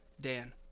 Dan